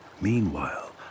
Meanwhile